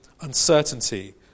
uncertainty